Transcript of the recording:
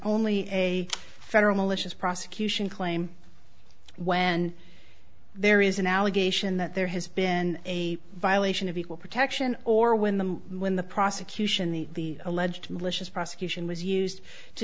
only a federal malicious prosecution claim when there is an allegation that there has been a violation of equal protection or when the when the prosecution the alleged malicious prosecution was used to